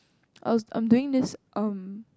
I was I'm doing this um